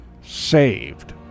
saved